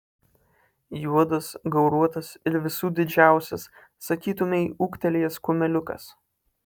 juodas gauruotas ir visų didžiausias sakytumei ūgtelėjęs kumeliukas